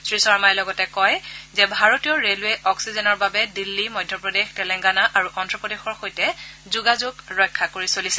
শ্ৰীশৰ্মাই লগতে কয় যে ভাৰতীয় ৰেলৱেই অক্সিজেনৰ বাবে দিল্লী মধ্যপ্ৰদেশ তেলেংগানা আৰু অন্ধ্ৰপ্ৰদেশৰ সৈতে যোগাযোগ ৰক্ষা কৰি চলিছে